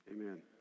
Amen